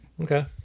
Okay